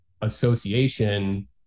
association